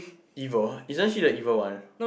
evil isn't she the evil one